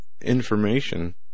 information